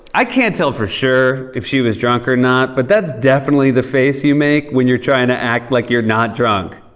i can't tell for sure if she was drunk or not. but that's definitely the face you make when you're trying to act like you're not drunk,